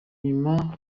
nyuma